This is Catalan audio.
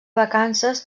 vacances